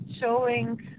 showing